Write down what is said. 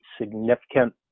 significant